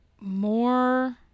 more